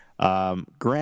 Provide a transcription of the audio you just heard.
Grant